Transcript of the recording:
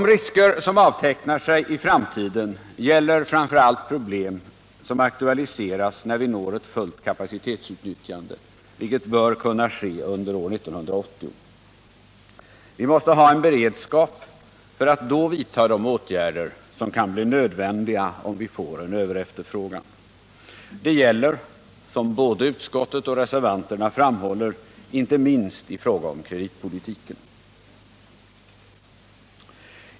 De risker som avtecknar sig i framtiden gäller framför allt de problem som aktualiseras när vi når ett fullt kapacitetsutnyttjande, vilket bör kunna ske under år 1980. Vi måste ha en beredskap för att då vidta de åtgärder som kan bli nödvändiga om vi får en överefterfrågan. Det gäller — som både utskottet och reservanterna framhåller — inte minst i fråga om kreditpolitiken.